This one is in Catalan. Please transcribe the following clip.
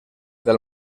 del